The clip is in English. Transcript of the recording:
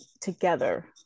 together